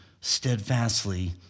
steadfastly